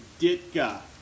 Ditka